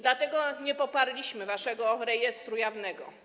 Dlatego nie poparliśmy waszego rejestru jawnego.